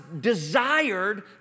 desired